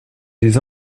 des